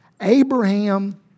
Abraham